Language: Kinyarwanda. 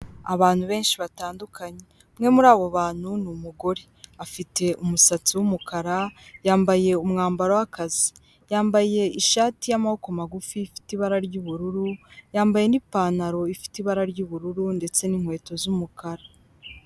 Abantu benshi batandukanye, umwe muri abo bantu ni numugore, afite umusatsi w'umukara yambaye umwambaro w'akazi yambaye ishati y'amaboko magufi ifite ibara ry'ubururu, yambaye n'ipantaro ifite ibara ry'ubururu ndetse n'inkweto z'umukara.